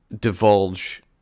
divulge